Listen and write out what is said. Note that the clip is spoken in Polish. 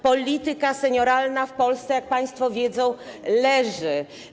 Polityka senioralna w Polsce, jak państwo wiedzą, leży.